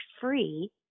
free